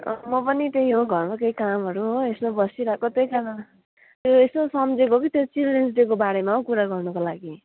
म पनि त्यही हो घरमा केही कामहरू हो यसो बसिरहेको त्यही कारण ए यसो सम्झेको कि त्यो चिल्ड्रेन्स डेको बारेमा हौ कुरा गर्नको लागि